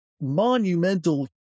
monumental